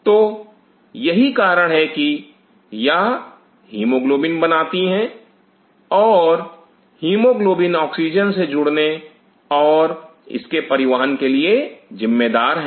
तो यही कारण है कि यह हीमोग्लोबिन बनाती हैं और हीमोग्लोबिन ऑक्सीजन से जुड़ने और इसके परिवहन के लिए जिम्मेदार हैं